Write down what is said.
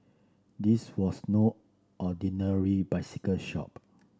this was no ordinary bicycle shop